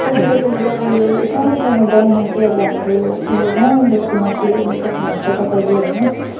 कसै कसैले चाहिँ यो सानो सानो गाउँमा चाहिँ अब हाम्रो यो गाउँ बस्तीमा चाहिँ हेर्न सक्नु हुन्छ तपाईँले होइन